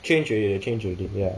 change already change already ya